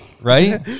Right